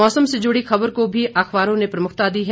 मौसम से जुड़ी खबर को भी अखबारों ने प्रमुखता दी है